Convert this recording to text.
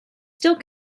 still